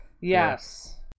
Yes